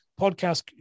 podcast